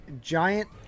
giant